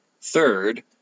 Third